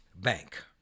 bank